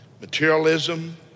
Materialism